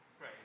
Right